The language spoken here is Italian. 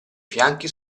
fianchi